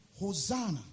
Hosanna